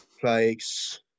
plagues